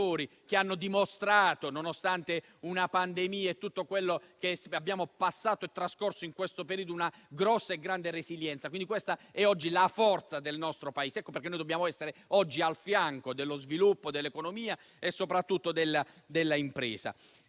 che hanno dimostrato, nonostante una pandemia e tutto quello che abbiamo passato in questo periodo, una grande resilienza. È oggi la forza del nostro Paese. Ecco perché dobbiamo essere al fianco dello sviluppo dell'economia e soprattutto dell'impresa.